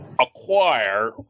acquire